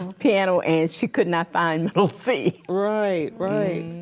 piano. and she could not find middle c. right, right.